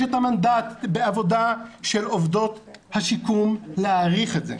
את המנדט בעבודה של עובדות השיקום להאריך את זה.